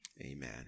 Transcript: Amen